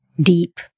deep